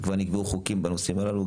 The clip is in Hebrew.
וכבר נקבעו חוקים בנושאים הללו,